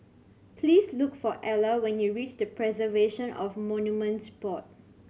please look for Ela when you reach Preservation of Monuments Board